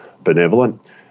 benevolent